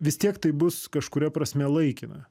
vis tiek tai bus kažkuria prasme laikina